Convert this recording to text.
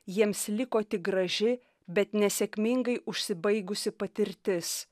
jiems liko tik graži bet nesėkmingai užsibaigusi patirtis